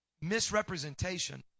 misrepresentation